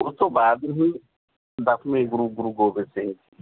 ਉਸ ਤੋਂ ਬਾਅਦ ਦਸਵੇਂ ਗੁਰੂ ਗੁਰੂ ਗੋਬਿੰਦ ਸਿੰਘ ਜੀ